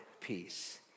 peace